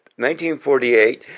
1948